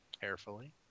Carefully